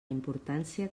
importància